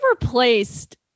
replaced